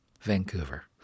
Vancouver